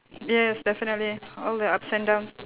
yes definitely all the ups and downs